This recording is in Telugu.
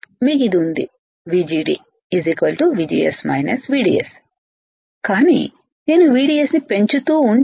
మీకు ఇది ఉంది VGD VGS VDS కానీ నేను VDS ని పెంచుతూ ఉంటే